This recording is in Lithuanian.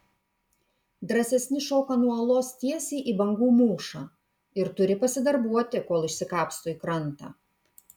drąsesni šoka nuo uolos tiesiai į bangų mūšą ir turi pasidarbuoti kol išsikapsto į krantą